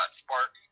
spark